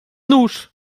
nóż